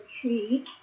tree